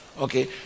Okay